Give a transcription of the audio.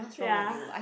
ya